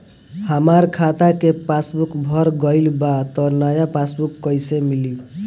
हमार खाता के पासबूक भर गएल बा त नया पासबूक कइसे मिली?